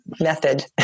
method